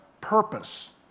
purpose